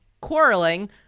quarreling